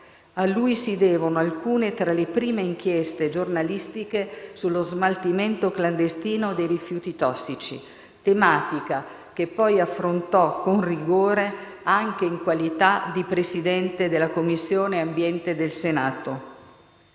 A lui si devono alcune tra le prime inchieste giornalistiche sullo smaltimento clandestino dei rifiuti tossici, tematica che poi affrontò con rigore anche in qualità di Presidente della Commissione ambiente del Senato.